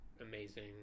amazing